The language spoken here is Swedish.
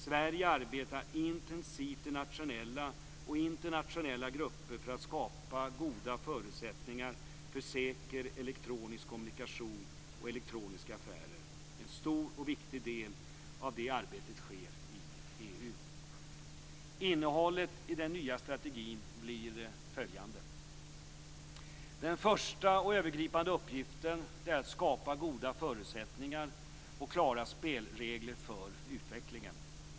· Sverige arbetar intensivt i nationella och internationella grupper för att skapa goda förutsättningar för säker elektronisk kommunikation och elektroniska affärer. En stor och viktig del av det arbetet sker i EU. Innehållet i den nya strategin blir följande: Den första och övergripande uppgiften är att skapa goda förutsättningar och klara spelregler för utvecklingen.